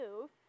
move